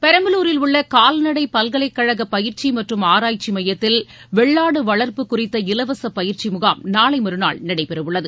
பெரம்பலூரில் உள்ள கால்நடை பல்கலைக்கழக பயிற்சி மற்றும் ஆராய்ச்சி மையத்தில் வெள்ளாடு வளர்ப்பு குறித்த இலவச பயிற்சி முகாம் நாளைமறுநாள் நடைபெறவுள்ளது